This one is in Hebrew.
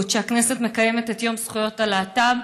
שהכנסת מקיימת את יום זכויות הלהט"ב,